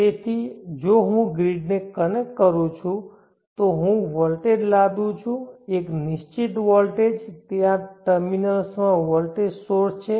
તેથી જો હું ગ્રીડને કનેક્ટ કરું છું તો હું વોલ્ટેજ લાદું છું એક નિશ્ચિત વોલ્ટેજ તે આ ટર્મિનલ્સમાં વોલ્ટેજ સોર્સ છે